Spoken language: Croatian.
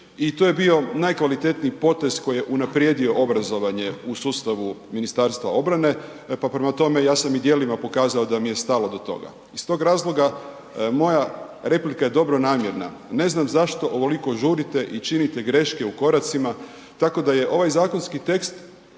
i to je bio najkvalitetniji potez koji je unaprijedio obrazovanje u sustavu Ministarstva obrane pa prema tome, ja sam i djelima pokazao da mi je stalo do toga. Iz tog razloga, moja replika je dobronamjerna, ne znam zašto ovoliko žurite i činite greške u koracima tako da je ovaj zakonski tekst